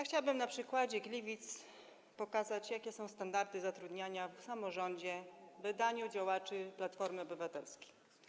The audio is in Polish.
Chciałabym na przykładzie Gliwic pokazać, jakie są standardy zatrudniania w samorządzie w wydaniu działaczy Platformy Obywatelskiej.